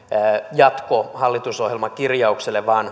jatko hallitusohjelman kirjaukselle vaan